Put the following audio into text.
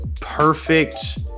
Perfect